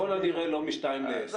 זה ככל הנראה לא משתיים לעשר.